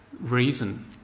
reason